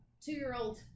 two-year-old